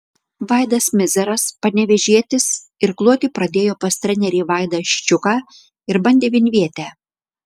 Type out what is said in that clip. vaidas mizeras panevėžietis irkluoti pradėjo pas trenerį vaidą ščiuką ir bandė vienvietę